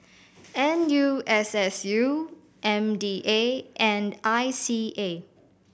N U S S U M D A and I C A